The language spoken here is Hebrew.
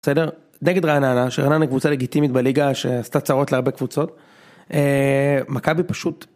בסדר, נגד רעננה שרעננה קבוצה לגיטימית בליגה שעשתה צרות להרבה קבוצות מכבי פשוט.